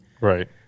right